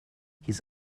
his